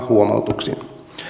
huomautuksin